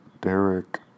Derek